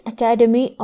Academy